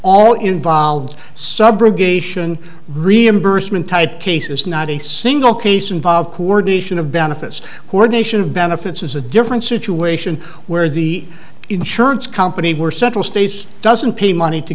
all involved subrogation reimbursement type cases not a single case involve coordination of benefits coordination of benefits is a different situation where the insurance company were several states doesn't pay money to